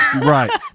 right